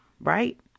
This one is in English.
right